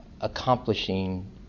accomplishing